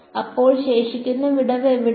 അപ്പോൾ ശേഷിക്കുന്ന വിടവ് എവിടെയാണ്